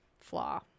flaw